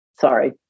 sorry